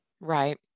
Right